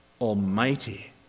Almighty